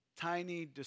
tiny